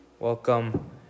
Welcome